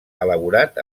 elaborat